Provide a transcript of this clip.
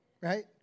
Right